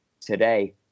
today